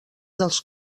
dels